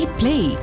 play